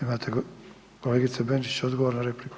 Imate kolegice Benčić odgovor na repliku?